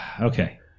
Okay